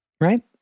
Right